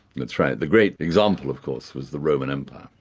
that's right. the great example of course was the roman empire,